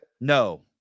No